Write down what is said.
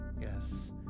Yes